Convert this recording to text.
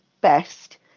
best